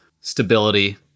stability